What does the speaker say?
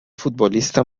futbolista